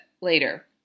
later